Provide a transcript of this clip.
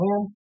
hands